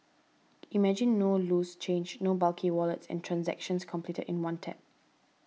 imagine no loose change no bulky wallets and transactions completed in one tap